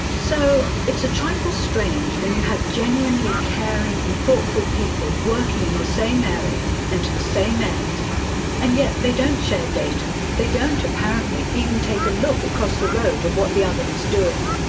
so it's a trifle strange when you have genuinely caring and thoughtful people working in the same area and to the same ends and yet they don't share data, they don't apparently even take a look across the road at what the other is doing.